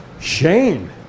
Shane